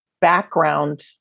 background